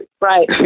Right